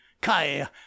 kai